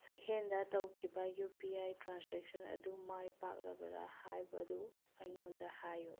ꯁꯛꯍꯦꯟꯗ ꯇꯧꯈꯤꯕ U P I transaction ꯑꯗꯨ ꯃꯥꯏ ꯄꯥꯛꯂꯕꯔꯥ ꯍꯥꯏꯕꯗꯨ ꯑꯩꯉꯣꯟꯗ ꯍꯥꯏꯎ